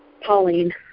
Pauline